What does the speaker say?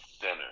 center